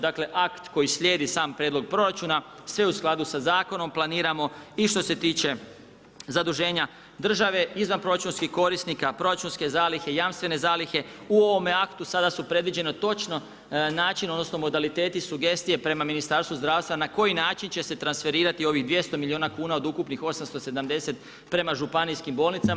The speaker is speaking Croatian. Dakle, akt koji slijedi sam prijedlog proračuna, sve u skladu sa zakonom, planiramo i što ste tiče zaduženja države, izvanproračunskih korisnika, proračunske zalihe, jamstvene zalihe, u ovome aktu, sada su predviđeni točno, način, odnosno, modaliteti, sugestije prema Ministarstvu zdravstva na koji način će se transferirati ovih 200 milijuna kuna od ukupnih 870 prema županijskim bolnicama.